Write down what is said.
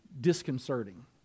disconcerting